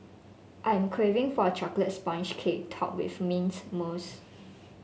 I am craving for a chocolate sponge cake topped with mint mousse